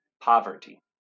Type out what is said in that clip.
Poverty